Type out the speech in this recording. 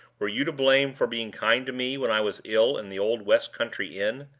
were you to blame for being kind to me when i was ill in the old west-country inn?